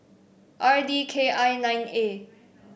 R D K I nine A